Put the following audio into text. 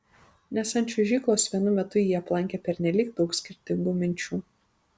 nes ant čiuožyklos vienu metu jį aplankė pernelyg daug skirtingų minčių